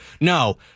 No